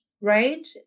right